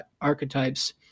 archetypes